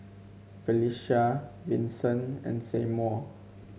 Phylicia Vincent and Seymour